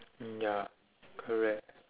mm ya correct